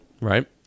Right